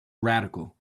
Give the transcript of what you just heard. radical